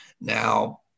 Now